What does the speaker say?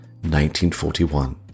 1941